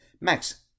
Max